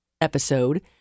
episode